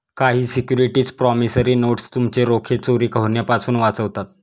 काही securities promissory notes तुमचे रोखे चोरी होण्यापासून वाचवतात